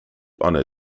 honor